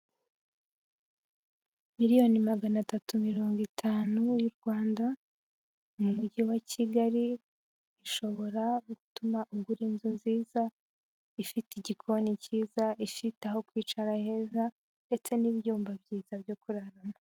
Miliyoni magana atatu mirongo itanu y'u Rwanda, mu mujyi wa Kigali ashobora gutuma ugura inzu nziza, ifite igikoni cyiza, ifite aho kwicara heza, ndetse n'ibyumba byiza byo kuraramo.